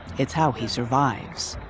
it's how he survives.